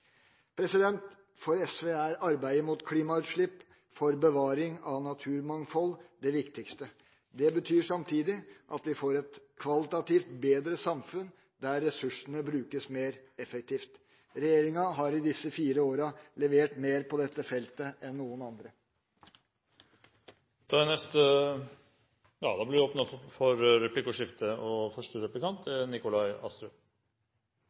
fartøyvernet. For SV er arbeidet mot klimautslipp for bevaring av naturmangfold det viktigste. Det betyr samtidig at vi får et kvalitativt bedre samfunn der ressursene brukes mer effektivt. Regjeringa har i disse fire årene levert mer på dette feltet enn noen andre. Det blir replikkordskifte. I april i fjor gikk Mattilsynet ut og